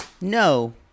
no